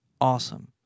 Awesome